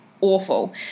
awful